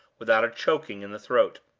without a choking in the throat.